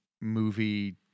movie